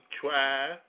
try